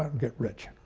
get rich.